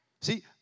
See